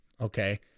Okay